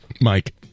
Mike